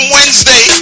Wednesday